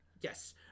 Yes